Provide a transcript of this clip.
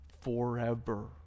forever